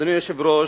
אדוני היושב-ראש,